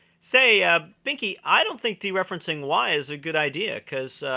say, ah binky, i don't think dereferencing y is a good idea, because,